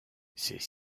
ces